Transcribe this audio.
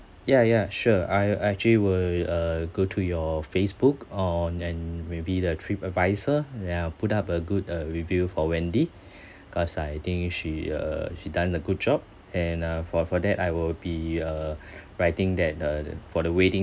ya ya sure I I actually will uh go to your facebook on and maybe the trip advisor then I'll put up a good uh review for wendy cause I think she uh she done a good job and uh for for that I will be uh writing that uh for the waiting